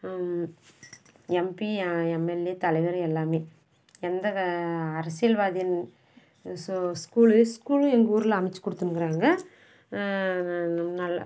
MP MLA தலைவர் எல்லாமே எந்த அரசியல்வாதி ஸ்கூலு ஸ்கூலும் எங்கூரில் அமைத்துக் கொடுத்துனுக்குறாங்க நல்ல